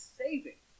saving